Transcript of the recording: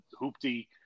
hoopty